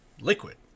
Liquid